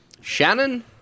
Shannon